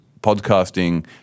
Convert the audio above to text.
podcasting